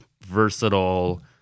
versatile